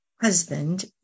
husband